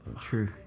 True